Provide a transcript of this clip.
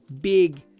big